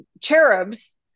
cherubs